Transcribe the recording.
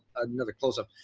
another closeup.